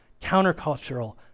countercultural